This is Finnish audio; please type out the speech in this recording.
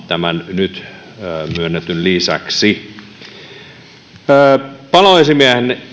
tämän nyt myönnetyn lisäksi paloesimiehenä